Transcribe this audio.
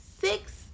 six